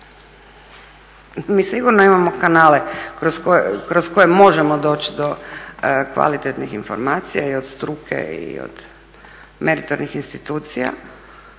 Mi sigurno imamo kanale kroz koje možemo doći do kvalitetnih informacija i od struke i od meritornih institucija,